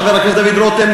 חבר הכנסת דוד רותם,